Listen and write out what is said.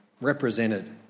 represented